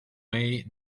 may